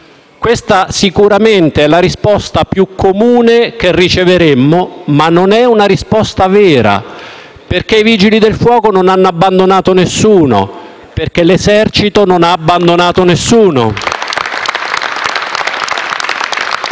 Questa è sicuramente la risposta più comune che riceveremmo, ma non è una risposta vera, perché i Vigili del fuoco non hanno abbandonato nessuno, perché l'Esercito non ha abbandonato nessuno.